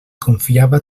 confiava